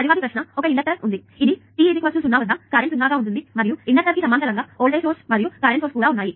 తరువాతి ప్రశ్న ఒక ఇండక్టర్ ఉంది ఇది t 0 వద్ద కరెంట్ 0 గా ఉంటుంది మరియు మీకు ఇండక్టర్ కి సమాంతరంగా వోల్టేజ్ సోర్స్ ఉంది మరియు కరెంట్ సోర్స్ కూడా ఉన్నాయి